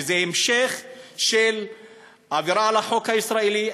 שזה המשך של עבירה על החוק הישראלי,